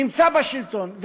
נמצא בשלטון,